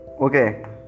okay